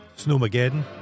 Snowmageddon